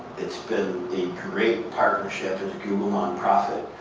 it's been a great partnership with google nonprofit.